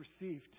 received